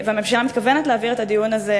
והממשלה מתכוונת להעביר את הדיון הזה,